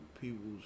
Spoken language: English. people's